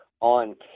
on